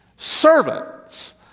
servants